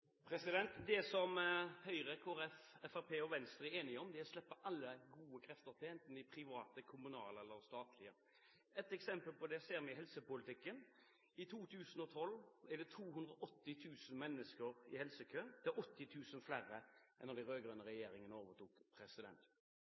enige om, er å slippe alle gode krefter til, enten det er i det private, kommunale eller statlige. Et eksempel på det ser vi i helsepolitikken. I 2012 er det 280 000 mennesker i helsekø. Det er 80 000 flere enn da den rød-grønne regjeringen overtok.